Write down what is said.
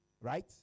right